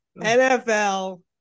NFL